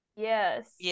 yes